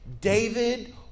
David